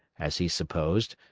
as he supposed,